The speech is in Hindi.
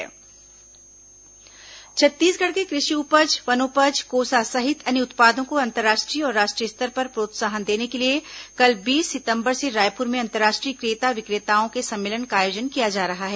अंतर्राष्ट्रीय क्रेता विक्रेता सम्मेलन छत्तीसगढ़ के कृषि उपज वनोपज कोसा सहित अन्य उत्पादों को अंतर्राष्ट्रीय और राष्ट्रीय स्तर पर प्रोत्साहन देने के लिए कल बीस सितंबर से रायपुर में अंतर्राष्ट्रीय क्रेता विक्रेताओं के सम्मेलन का आयोजन किया जा रहा है